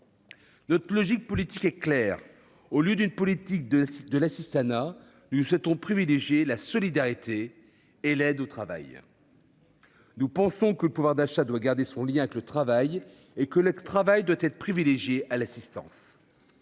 Notre logique politique est claire : au lieu d'une politique de l'assistanat, nous souhaitons privilégier la solidarité et l'aide au travail. Nous pensons que le pouvoir d'achat doit garder son lien avec le travail et que celui-ci doit être privilégié par rapport à l'assistance.